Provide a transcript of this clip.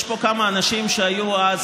לאחר שלוש שנים,